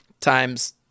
times